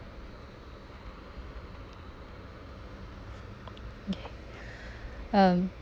okay um